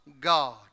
God